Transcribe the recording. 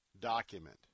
document